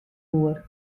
oer